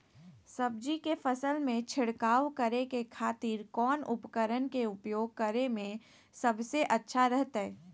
सब्जी के फसल में छिड़काव करे के खातिर कौन उपकरण के उपयोग करें में सबसे अच्छा रहतय?